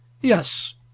Yes